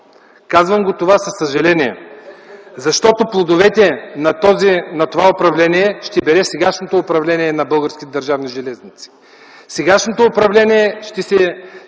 Казвам това със съжаление, защото плодовете на това управление ще бере сегашното управление на Български държавни железници. Сегашното управление се